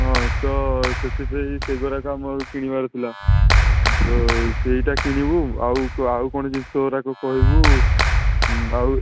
ହଁ ତ ସେଥିପାଇଁ ସେଗୁଡ଼ାକ ଆମ କିଣିବାର ଥିଲା ତ ସେଇଟା କିଣିବୁ ଆଉ ଆଉ କ'ଣ ଜିନିଷ ଗୁଡ଼ାକ କହିବୁ ଆଉ